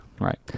Right